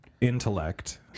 intellect